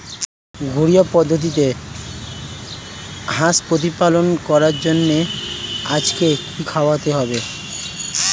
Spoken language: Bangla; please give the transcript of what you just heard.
ঘরোয়া পদ্ধতিতে হাঁস প্রতিপালন করার জন্য আজকে কি খাওয়াতে হবে?